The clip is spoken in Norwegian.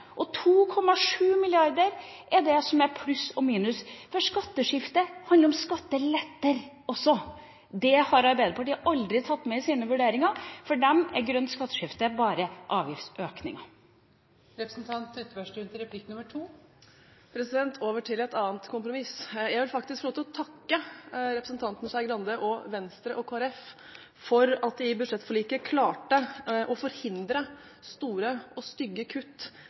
Og 2,7 mrd. kr er resultatet av pluss og minus, for skatteskifte handler om skatteletter også. Det har Arbeiderpartiet aldri tatt med i sine vurderinger. For dem er grønt skatteskifte bare avgiftsøkninger. Over til et annet kompromiss: Jeg vil faktisk få lov til å takke representanten Skei Grande og Venstre og Kristelig Folkeparti for at de i budsjettforliket klarte å forhindre store og stygge kutt